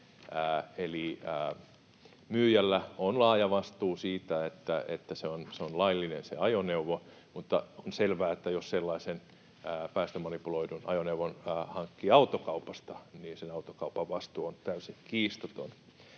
myyjällä on laaja vastuu siitä, että se ajoneuvo on laillinen, mutta on selvää, että jos sellaisen päästömanipuloidun ajoneuvon hankkii autokaupasta, niin sen autokaupan vastuu on täysin kiistaton.